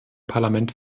parlament